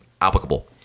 applicable